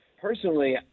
Personally